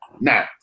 Now